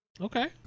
Okay